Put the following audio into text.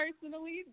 personally